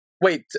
wait